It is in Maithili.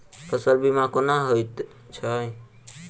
फसल बीमा कोना होइत छै?